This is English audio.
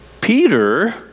Peter